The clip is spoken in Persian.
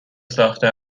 ساخته